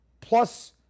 plus